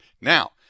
Now